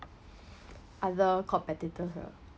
other competitors ah